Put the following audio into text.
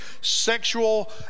sexual